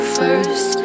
first